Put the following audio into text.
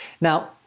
Now